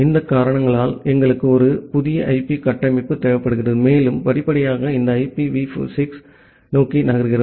இந்த காரணங்களால் எங்களுக்கு ஒரு புதிய ஐபி கட்டமைப்பு தேவைப்படுகிறது மேலும் படிப்படியாக இந்த ஐபிவி 6 ஐ நோக்கி நகர்கிறோம்